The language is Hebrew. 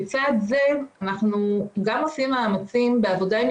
בצד זה אנחנו גם עושים מאמצים בעבודה עם